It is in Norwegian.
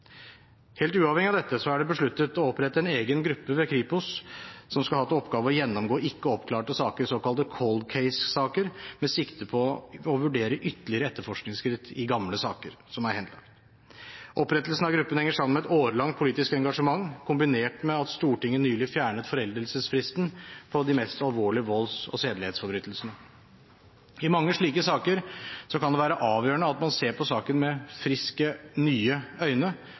Helt uavhengig av dette er det besluttet å opprette en egen gruppe ved Kripos som skal ha til oppgave å gjennomgå ikke oppklarte saker, såkalte «cold case»-saker, med sikte på å vurdere ytterligere etterforskingsskritt i gamle saker som er henlagt. Opprettelsen av gruppen henger sammen med et årelangt politisk engasjement, kombinert med at Stortinget nylig fjernet foreldelsesfristen på de mest alvorlige volds- og sedelighetsforbrytelsene. I mange slike saker kan det være avgjørende at man ser på saken med friske øyne